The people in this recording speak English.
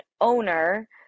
owner